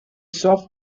soft